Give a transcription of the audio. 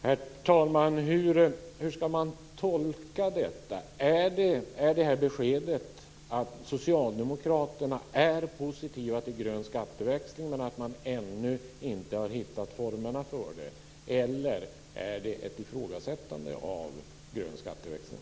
Herr talman! Hur ska man tolka detta? Innebär det här beskedet att Socialdemokraterna är positiva till grön skatteväxling men att man ännu inte har hittat formerna för den, eller innebär det ett ifrågasättande av grön skatteväxling?